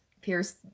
pierce